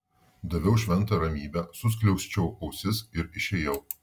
daviau šventą ramybę suskliausčiau ausis ir išėjau